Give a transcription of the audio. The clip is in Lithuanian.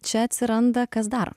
čia atsiranda kas dar